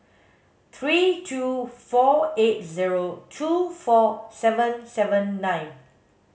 three two four eight zero two four seven seven nine